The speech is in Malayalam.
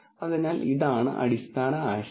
അതിനാൽ ഇതാണ് അടിസ്ഥാന ആശയം